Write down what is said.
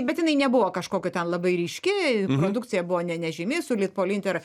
bet jinai nebuvo kažkokia ten labai ryški produkcija buvo ne nežymi su litpoliinter